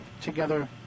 together